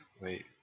wait